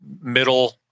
middle